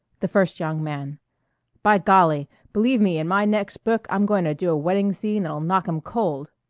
the first young man by golly! believe me, in my next book i'm going to do a wedding scene that'll knock em cold!